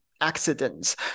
accidents